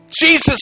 Jesus